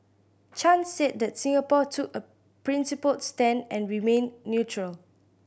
Chan said that Singapore took a principled stand and remained neutral